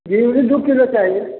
घिउरा दू किलो चाही